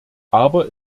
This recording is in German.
aber